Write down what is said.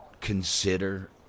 consider